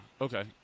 okay